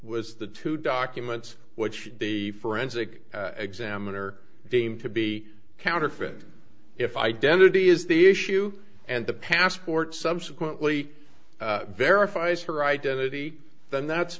was the two documents which the forensic examiner deemed to be counterfeit if identity is the issue and the passport subsequently verifies her identity then that's